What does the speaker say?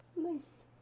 Nice